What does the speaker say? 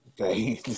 okay